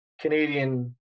Canadian